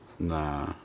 Nah